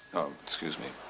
excuse me